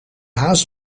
haas